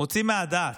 מוציא מהדעת.